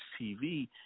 tv